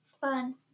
Fun